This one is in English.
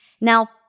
Now